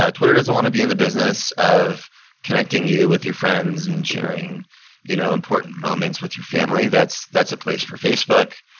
ah twitter doesn't want to be in the business of connecting you with your friends and sharing you know important moments with your family. that's that's a place for facebook.